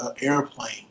airplane